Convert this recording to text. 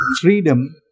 Freedom